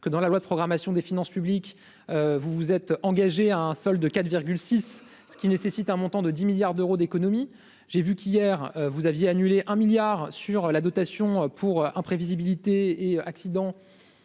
que dans la loi de programmation des finances publiques, vous vous êtes engagé un solde de quatre six ce qui nécessite un montant de 10 milliards d'euros d'économies, j'ai vu qu'hier vous aviez annulé un milliard sur la dotation pour imprévisibilité et accidents,